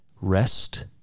rest